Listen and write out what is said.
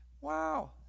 wow